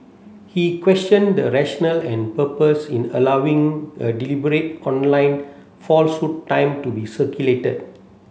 he questioned the rationale and purpose in allowing a deliberate online falsehood time to be circulated